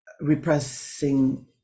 repressing